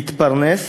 להתפרנס,